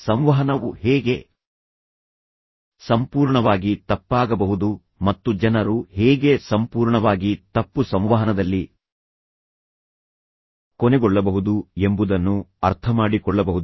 ಸಂವಹನವು ಹೇಗೆ ಸಂಪೂರ್ಣವಾಗಿ ತಪ್ಪಾಗಬಹುದು ಮತ್ತು ಜನರು ಹೇಗೆ ಸಂಪೂರ್ಣವಾಗಿ ತಪ್ಪು ಸಂವಹನದಲ್ಲಿ ಕೊನೆಗೊಳ್ಳಬಹುದು ಎಂಬುದನ್ನು ಅರ್ಥಮಾಡಿಕೊಳ್ಳಬಹುದು